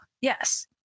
yes